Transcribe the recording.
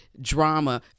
drama